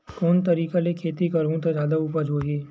कोन तरीका ले खेती करहु त जादा उपज होही?